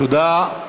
תודה.